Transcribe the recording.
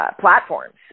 platforms